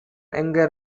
எங்க